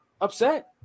upset